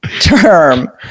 Term